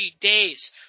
days